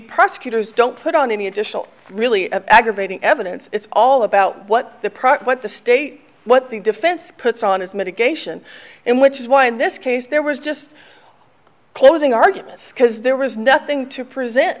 prosecutors don't put on any additional really aggravating evidence it's all about what the product what the state what the defense puts on his mitigation and which is why in this case there was just closing arguments because there was nothing to present